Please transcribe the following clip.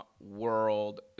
world